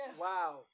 Wow